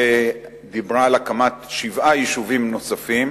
שדיברה על הקמת שבעה יישובים נוספים.